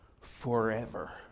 forever